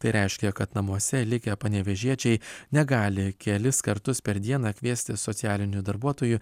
tai reiškia kad namuose likę panevėžiečiai negali kelis kartus per dieną kviesti socialinių darbuotojų